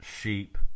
sheep